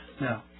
no